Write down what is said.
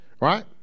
right